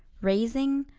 raising,